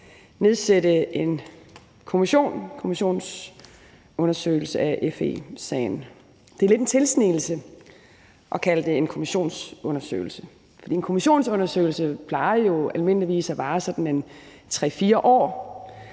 foretage en kommissionsundersøgelse af FE-sagen. Det er lidt en tilsnigelse at kalde det en kommissionsundersøgelse, for en kommissionsundersøgelse plejer jo almindeligvis at vare 3-4 år,